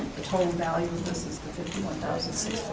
the total value of this is the fifty one thousand six